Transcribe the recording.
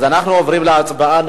אז אנחנו עוברים להצבעה.